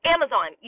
Amazon